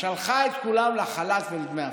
שלחה את כולם לחל"ת ולדמי אבטלה.